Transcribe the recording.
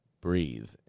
breathe